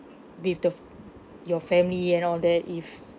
with the f~ your family and all that if